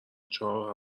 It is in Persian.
چهار